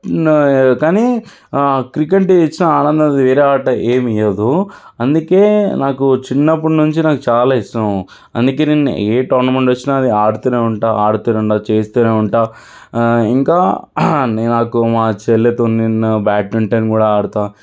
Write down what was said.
కానీ ఆ క్రికెట్ ఇచ్చిన ఆనందం వేరే ఆట ఎం ఇవ్వదు అందుకే నాకు చిన్నప్పటి నుంచి నాకు చాలా ఇష్టం అందుకే నేను ఏ టోర్నమెంట్ వచ్చినా అది ఆడుతూనే ఉంటాను ఆడుతూనే చేస్తూనే ఉంటాను ఆ ఇంకా నాకు మా చెల్లితో నేను బ్యాడ్మింటన్ కూడా ఆడతాను